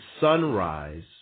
sunrise